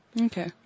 Okay